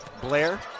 Blair